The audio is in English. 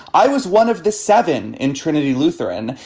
i was one of the seven in trinity lutheran.